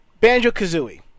Banjo-Kazooie